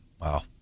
wow